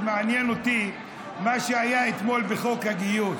מעניין אותי מה שהיה אתמול בחוק הגיוס.